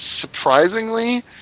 Surprisingly